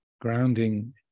grounding